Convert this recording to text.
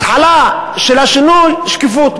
התחלה של השינוי שקיפות.